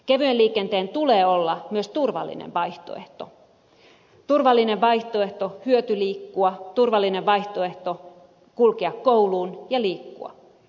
kevyen liikenteen tulee olla myös turvallinen vaihtoehto turvallinen vaihtoehto hyötyliikkua turvallinen vaihtoehto kulkea kouluun ja liikkua